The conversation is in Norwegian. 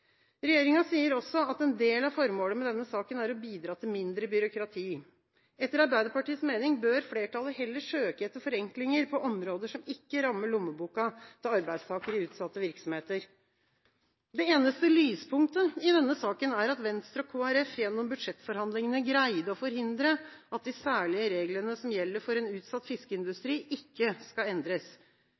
Regjeringa sier også at en del av formålet med denne saken er å bidra til mindre byråkrati. Etter Arbeiderpartiets mening bør flertallet heller søke etter forenklinger på områder som ikke rammer lommeboka til arbeidstakere i utsatte virksomheter. Det eneste lyspunktet i denne saken er at Venstre og Kristelig Folkeparti gjennom budsjettforhandlingene greide å forhindre at de særlige reglene som gjelder for en utsatt fiskeindustri, ikke skal endres.